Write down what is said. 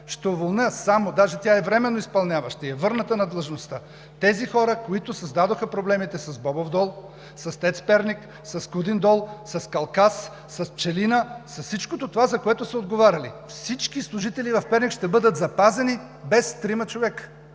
уволня само – даже тя е временно изпълняваща и е върната на длъжността, тези хора, които създадоха проблемите с Бобов дол, с ТЕЦ – Перник, с Кудин дол, с Калкас, с Пчелина, с всичко това, за което са отговаряли. Всички служители в Перник ще бъдат запазени без трима човека.